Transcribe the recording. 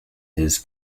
his